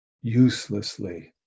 uselessly